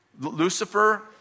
Lucifer